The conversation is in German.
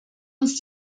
uns